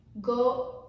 go